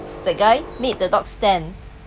that guy made the dog stand